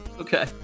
okay